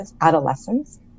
adolescents